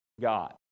God